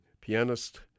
pianist